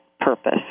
purpose